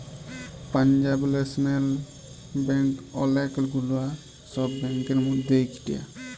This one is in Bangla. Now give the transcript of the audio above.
পাঞ্জাব ল্যাশনাল ব্যাঙ্ক ওলেক গুলা সব ব্যাংকের মধ্যে ইকটা